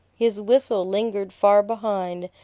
his whistle lingered far behind,